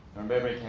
remember,